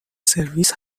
سرویس